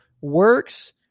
Works